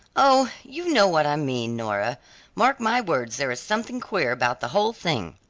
oh, you know what i mean, nora mark my words there is something queer about the whole thing.